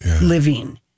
living